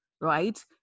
right